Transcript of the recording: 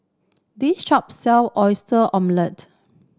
this shop sell Oyster Omelette